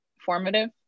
formative